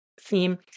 theme